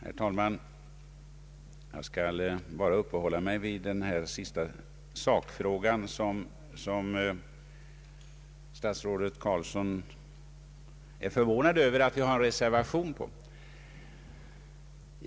Herr talman! Jag skall uppehålla mig endast vid den senaste sakfrågan. Statsrådet Carlsson är förvånad över att jag har avgivit en reservation.